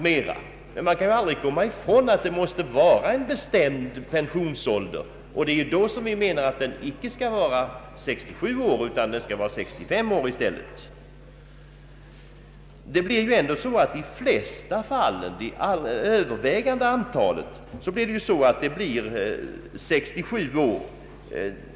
Man kan aldrig komma ifrån att pensionsåldern måste vara bestämd, och vi anser att den icke skall vara 67 år utan i stället 65 år. Det övervägande antalet människor tar pension vid 67 års ålder.